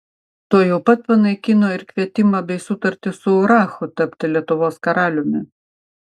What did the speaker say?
tuojau pat panaikino ir kvietimą bei sutartį su urachu tapti lietuvos karaliumi